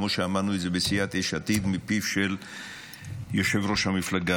כמו שאמרנו בסיעת יש עתיד מפיו של יושב-ראש המפלגה.